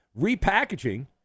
Repackaging